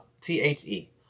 T-H-E